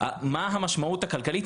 מה המשמעות הכלכלית.